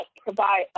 provide